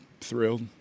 thrilled